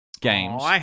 games